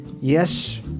Yes